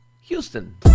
Houston